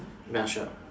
ya sure